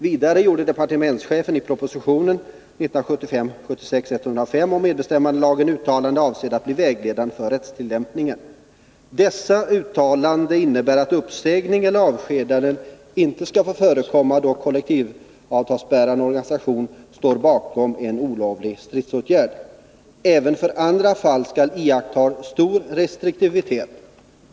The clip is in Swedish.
Vidare gjorde departementschefen i propositionen om medbestämmandelagen uttalanden avsedda att bli vägledande för rättstillämpningen. Dessa uttalanden innebär att uppsägning eller avskedande inte skall få förekomma då kollektivavtalsbärande organisation står bakom en olovlig stridsåtgärd. Även för andra fall skall iakttas stor restriktivitet.